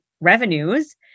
revenues